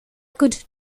could